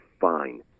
fine